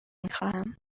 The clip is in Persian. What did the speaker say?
میخواهم